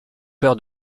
peur